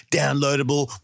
downloadable